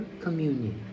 communion